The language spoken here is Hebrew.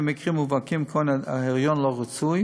במקרים מובהקים כגון היריון לא רצוי